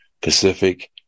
Pacific